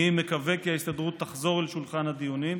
אני מקווה כי ההסתדרות תחזור אל שולחן הדיונים,